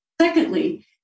Secondly